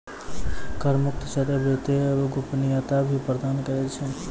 कर मुक्त क्षेत्र वित्तीय गोपनीयता भी प्रदान करै छै